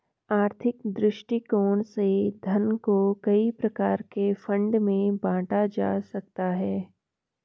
आर्थिक दृष्टिकोण से धन को कई प्रकार के फंड में बांटा जा सकता है